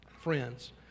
friends